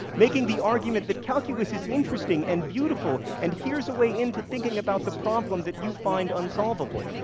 making the argument that calculus is interesting and beautiful, and here's a way in to thinking about the problem that you find unsolvable.